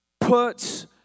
puts